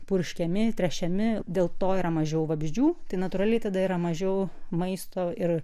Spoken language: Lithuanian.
purškiami tręšiami dėl to yra mažiau vabzdžių tai natūraliai tada yra mažiau maisto ir